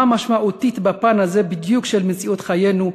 משמעותית בפן הזה בדיוק של מציאות חיינו,